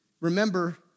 remember